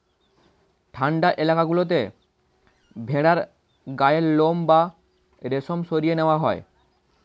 ঠান্ডা এলাকা গুলোতে ভেড়ার গায়ের লোম বা রেশম সরিয়ে নেওয়া হয়